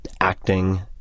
acting